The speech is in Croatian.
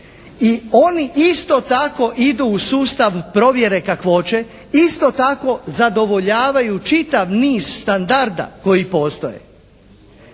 I oni isto tako idu u sustav provjere kakvoće, isto tako zadovoljavaju čitav niz standarda koji postoje.